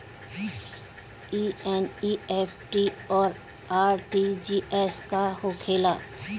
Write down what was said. ई एन.ई.एफ.टी और आर.टी.जी.एस का होखे ला?